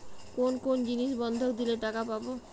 কোন কোন জিনিস বন্ধক দিলে টাকা পাব?